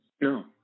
No